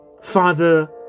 Father